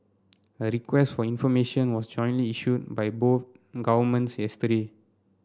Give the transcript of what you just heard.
a request for information was jointly issued by both governments yesterday